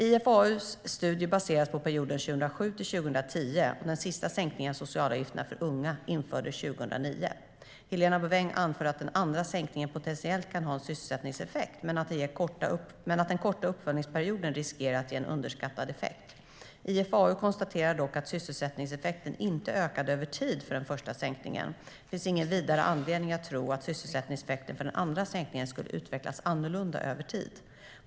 IFAU:s studie baseras på perioden 2007 till 2010. Den sista sänkningen av socialavgifterna för unga infördes 2009. Helena Bouveng anför att den andra sänkningen potentiellt kan ha en sysselsättningseffekt men att den korta uppföljningsperioden riskerar att ge en underskattad effekt. IFAU konstaterar dock att sysselsättningseffekten inte ökade över tid för den första sänkningen. Det finns vidare ingen anledning att tro att sysselsättningseffekten för den andra sänkningen skulle utvecklas annorlunda över tid.